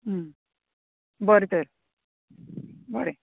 बरें तर बरें